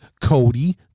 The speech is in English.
Cody